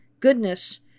Goodness